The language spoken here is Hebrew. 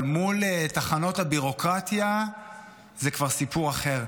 אבל מול תחנות הביורוקרטיה זה כבר סיפור אחר.